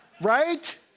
Right